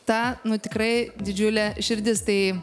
ta nu tikrai didžiulė širdis tai